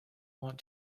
want